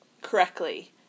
correctly